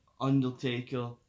undertaker